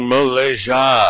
Malaysia